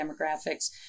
demographics